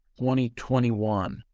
2021